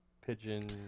pigeon